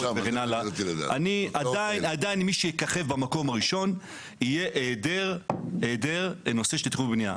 וכו' ועדיין מי שיככב במקום הראשון יהיה היעדר נושא תכנון ובנייה.